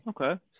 okay